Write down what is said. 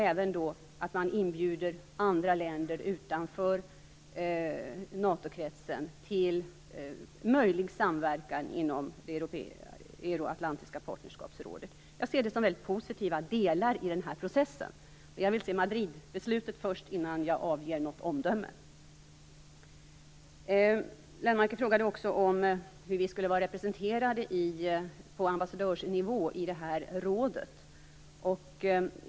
Man har även inbjudit andra länder utanför NATO-kretsen till möjlig samverkan inom det euroatlantiska partnerskapsrådet. Jag ser detta som positiva delar i processen. Jag vill först se Madridbeslutet innan jag avger något omdöme. Lennmarker frågade hur vi skall vara representerade på ambassadörsnivå i rådet.